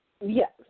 Yes